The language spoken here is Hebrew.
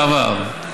בעבר.